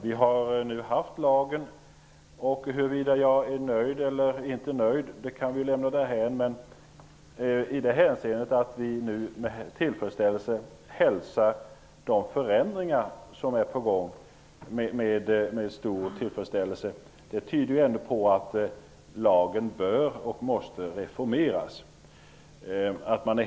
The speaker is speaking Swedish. Vi har haft lagen en tid. Huruvida jag är nöjd eller inte nöjd kan vi lämna därhän. Men att vi nu med stor tillfredsställelse hälsar de förändringar som är på gång tyder ändå på att lagen måste reformeras.